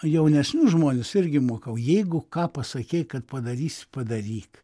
jaunesnius žmones irgi mokau jeigu ką pasakei kad padarysi padaryk